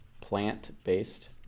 plant-based